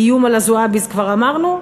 איום על ה"זועביז" כבר אמרנו?